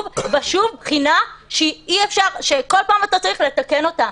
ושוב בחינה שבכל פעם אתה צריך לתקן אותה.